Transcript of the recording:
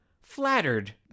flattered